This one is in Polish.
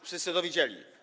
Wszyscy to widzieli.